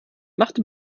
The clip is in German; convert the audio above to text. macht